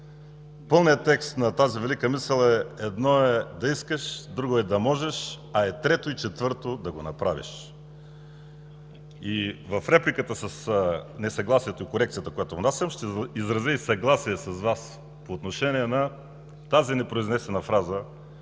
Пълният текст на тази велика мисъл е: „Едно е да искаш, друго е да можеш, а е трето и четвърто да го направиш”. И в репликата с несъгласието, корекцията, която внасям, ще изразя и съгласие с Вас по отношение на тази непроизнесена фраза,